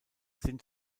sint